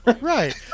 right